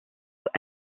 sous